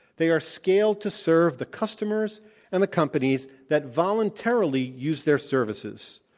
they are scaled to serve the customers and the companies that voluntarily use their services.